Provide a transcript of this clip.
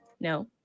No